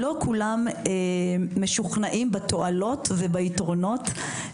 לא כולם משוכנעים בתועלות וביתרונות.